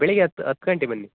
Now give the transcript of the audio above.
ಬೆಳಗ್ಗೆ ಹತ್ತು ಹತ್ತು ಗಂಟೆಗೆ ಬನ್ನಿ